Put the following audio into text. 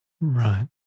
Right